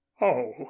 Oh